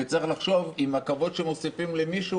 וצריך לחשוב אם הכבוד שמוסיפים למישהו